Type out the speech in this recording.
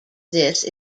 this